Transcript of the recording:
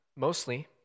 mostly